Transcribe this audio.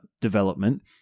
development